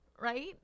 right